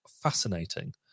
fascinating